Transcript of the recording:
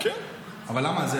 אבל למה?